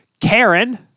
Karen